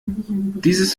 dieses